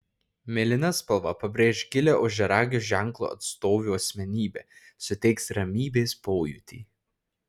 mėlyna spalva pabrėš gilią ožiaragio ženklo atstovių asmenybę suteiks ramybės pojūtį